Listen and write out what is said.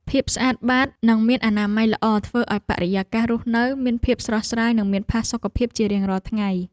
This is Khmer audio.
ភាពស្អាតបាតនិងមានអនាម័យល្អធ្វើឱ្យបរិយាកាសរស់នៅមានភាពស្រស់ស្រាយនិងមានផាសុកភាពជារៀងរាល់ថ្ងៃ។